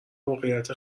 موقعیت